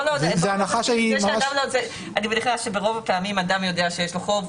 אני מניחה שברוב המקרים אדם יודע שיש לו חוב.